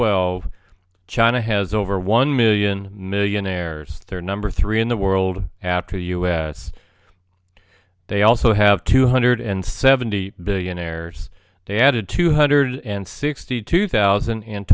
twelve china has over one million millionaires third number three in the world after us they also have two hundred and seventy billionaires they added two hundred and sixty two thousand and